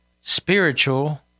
Spiritual